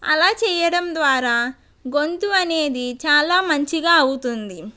అలా చేయడం ద్వారా గొంతు అనేది చాలా మంచిగా అవుతుంది